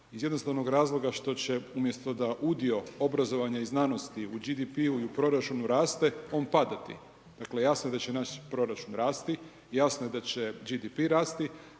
iz jednostavnog razloga što će umjesto da udio obrazovanja i znanosti u BDP-u ili proračunu raste, on padati. Dakle jasno da da će naš proračun rasti, jasno je da će BDP a